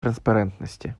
транспарентности